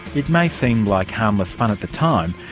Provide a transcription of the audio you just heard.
it may seem like harmless fun at the time,